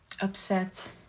upset